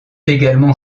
également